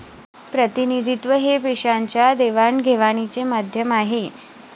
प्रतिनिधित्व हे पैशाच्या देवाणघेवाणीचे माध्यम आहे